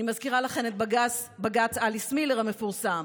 אני מזכירה לכם את בג"ץ אליס מילר המפורסם,